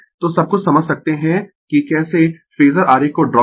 तो सब कुछ समझ सकते है कि कैसे फेजर आरेख को ड्रा करें